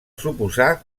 suposar